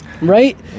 right